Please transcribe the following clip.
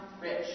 rich